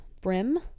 brim